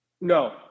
No